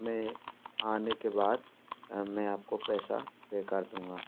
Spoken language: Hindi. मैं आने के बाद मैं आपको पैसा पे कर दूँगा